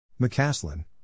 McCaslin